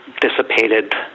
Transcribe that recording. dissipated